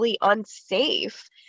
unsafe